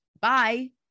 Bye